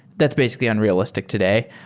that's basically unrealistic today.